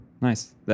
nice